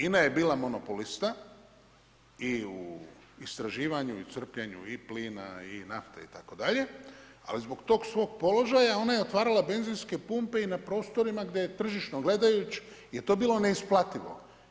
INA je bila monopolista i u istraživanju i u crpljenju i plina i nafte itd. ali zbog tog svog položaja ona je otvarala benzinske pumpe i na prostorima gdje je tržišno gledajući je to bilo neisplativo.